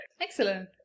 Excellent